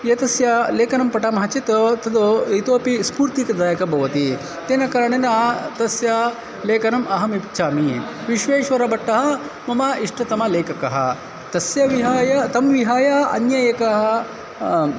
एतस्य लेखनं पठामः चेत् तत् इतोपि स्फूर्ति दायकं भवति तेन कारणेन तस्य लेखनम् अहम् इच्छामि विश्वेश्वरभट्टः मम इष्टतम लेखकः तस्य विहाय तं विहाय अन्यः एकः